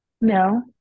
No